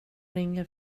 ringer